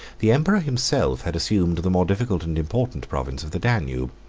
the emperor himself had assumed the more difficult and important province of the danube.